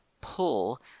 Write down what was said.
pull